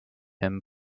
him